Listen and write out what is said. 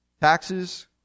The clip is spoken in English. Taxes